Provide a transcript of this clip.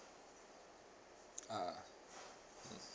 ah mm